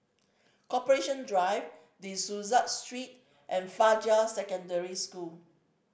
Corporation Drive De Souza Street and Fajar Secondary School